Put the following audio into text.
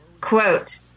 quote